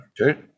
Okay